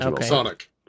Sonic